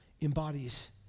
embodies